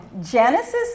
Genesis